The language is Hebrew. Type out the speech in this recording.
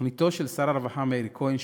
תוכניתו של שר הרווחה מאיר כהן,